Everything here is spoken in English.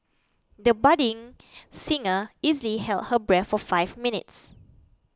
the budding singer easily held her breath for five minutes